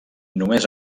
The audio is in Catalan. només